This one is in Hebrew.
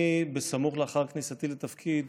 בסמוך לאחר כניסתי לתפקיד